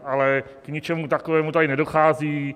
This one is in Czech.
Ale k ničemu takovému tady nedochází.